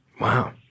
wow